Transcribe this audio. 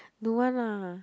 don't want lah